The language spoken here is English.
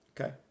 Okay